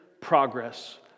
progress